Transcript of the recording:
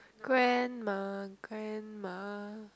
grandma grandma